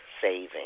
saving